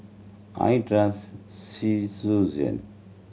I trust